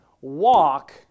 Walk